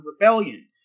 Rebellion